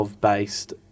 based